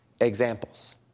examples